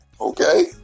okay